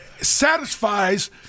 satisfies